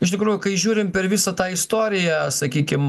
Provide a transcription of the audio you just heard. iš tikrųjų kai žiūrim per visą tą istoriją sakykim